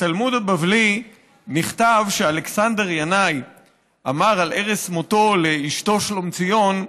בתלמוד בבלי נכתב שאלכסנדר ינאי אמר על ערש מותו לאישתו שלומציון,